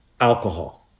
Alcohol